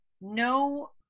no